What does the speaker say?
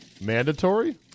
Mandatory